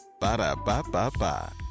Ba-da-ba-ba-ba